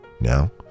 Now